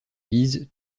lise